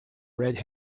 red